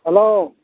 hello